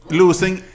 losing